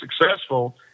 successful